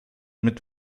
mit